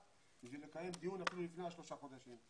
בשביל לקיים דיון אפילו לפני השלושה חודשים.